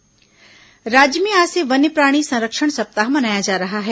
वन्यप्राणी संरक्षण सप्ताह राज्य में आज से वन्यप्राणी संरक्षण सप्ताह मनाया जा रहा है